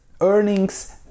Earnings